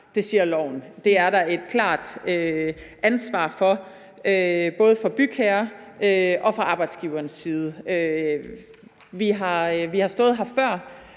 Det siger loven. Det har man et klart ansvar for, både fra bygherrens og fra arbejdsgiverens side. Vi har stået her før.